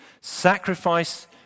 Sacrifice